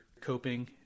coping